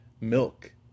milk